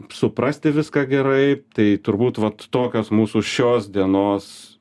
suprasti viską gerai tai turbūt vat tokios mūsų šios dienos